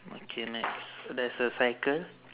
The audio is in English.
okay next there's a cycle